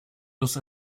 los